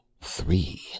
three